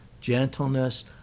gentleness